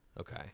Okay